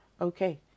Okay